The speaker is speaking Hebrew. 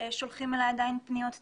שולחים אלי עדיין פניות ציבור,